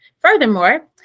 Furthermore